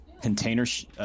containers